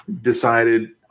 decided